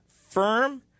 firm